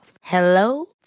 Hello